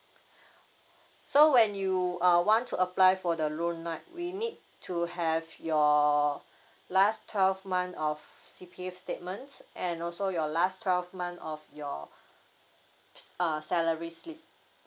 so when you uh want to apply for the loan right we need to have your last twelve month of C_P_F statements and also your last twelve month of your err salary slip